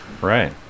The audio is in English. right